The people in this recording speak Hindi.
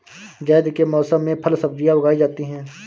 ज़ैद के मौसम में फल सब्ज़ियाँ उगाई जाती हैं